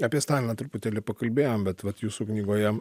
apie staliną truputėlį pakalbėjom bet vat jūsų knygoje